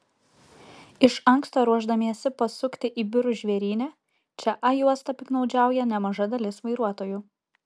iš anksto ruošdamiesi pasukti į biurus žvėryne čia a juosta piktnaudžiauja nemaža dalis vairuotojų